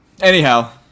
anyhow